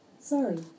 Sorry